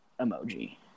emoji